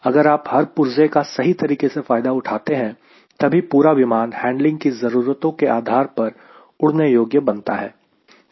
जब आप हर पुर्जे का सही तरीके से फायदा उठाते हैं तभी पूरा विमान हैंडलिंग की ज़रूरतों के आधार पर उड़ने योग्य बनता है